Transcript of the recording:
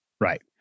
Right